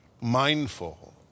mindful